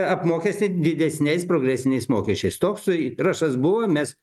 apmokestint didesniais progresiniais mokesčiais toks įrašas buvo mes